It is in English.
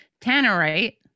Tannerite